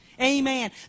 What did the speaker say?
Amen